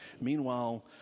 Meanwhile